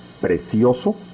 precioso